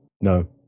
No